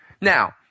Now